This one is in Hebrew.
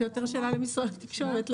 יותר שאלה למשרד התקשורת.